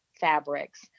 fabrics